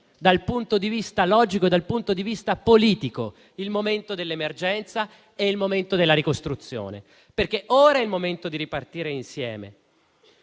dal punto di vista logico e politico il momento dell'emergenza e il momento della ricostruzione perché ora è il momento di ripartire insieme.